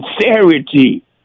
sincerity